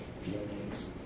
feelings